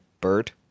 bird